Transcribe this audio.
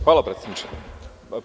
Hvala potpredsedniče.